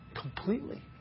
completely